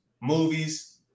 movies